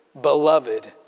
beloved